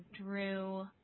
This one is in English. Drew